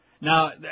Now